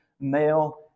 male